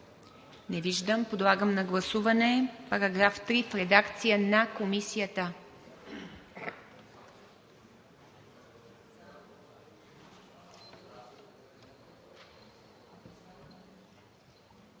Не виждам. Подлагам на гласуване § 3 в редакция на Комисията.